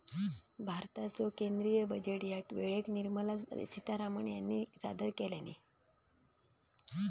भारताचो केंद्रीय बजेट ह्या वेळेक निर्मला सीतारामण ह्यानी सादर केल्यानी